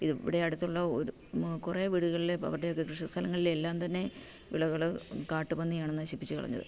ഇത് ഇവിടെ അടുത്തുള്ള ഒരു കുറേ വീടുകളിലെ അവരുടെയൊക്കെ കൃഷി സ്ഥലങ്ങളിലെ എല്ലാം തന്നെ വിളകള് കാട്ടുപന്നിയാണ് നശിപ്പിച്ചുകളഞ്ഞത്